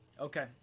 Okay